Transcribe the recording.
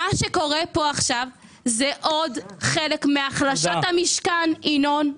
מה שקורה פה כעת זה עוד חלק מהחלשת המשכן, ינון.